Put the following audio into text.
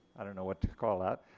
i don't know what to call it,